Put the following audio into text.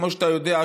כמו שאתה יודע,